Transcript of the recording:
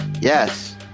yes